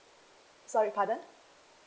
sorry pardon